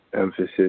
emphasis